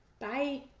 bye!